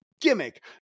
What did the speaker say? gimmick